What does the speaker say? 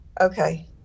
Okay